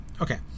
Okay